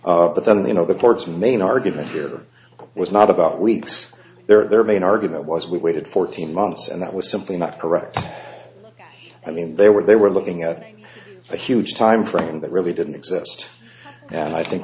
days but then they know the court's main argument here was not about weeks their main argument was we waited fourteen months and that was simply not correct i mean they were they were looking at a huge time frame that really didn't exist and i think